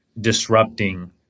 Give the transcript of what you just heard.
disrupting